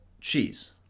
cheese